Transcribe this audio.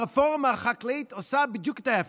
הרפורמה החקלאית עושה בדיוק את ההפך.